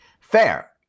Fair